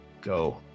go